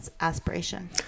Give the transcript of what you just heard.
aspiration